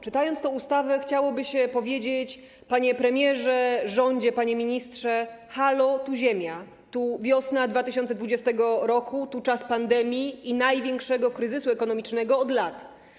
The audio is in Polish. Czytając tę ustawę, chciałoby się powiedzieć: Panie premierze, rządzie, panie ministrze, halo, tu Ziemia, tu wiosna 2020 r., tu czas pandemii i największego kryzysu ekonomicznego od lat.